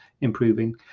improving